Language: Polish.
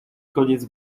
koniec